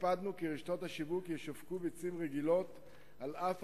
הקפדנו כי רשתות השיווק ישווקו ביצים רגילות על אף